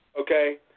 Okay